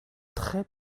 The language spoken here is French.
très